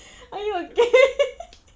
are you okay